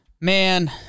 man